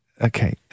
Okay